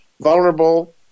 vulnerable